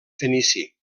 fenici